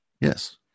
Yes